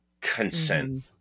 consent